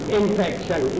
infection